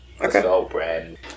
Okay